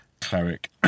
cleric